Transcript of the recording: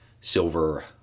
silver